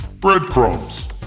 Breadcrumbs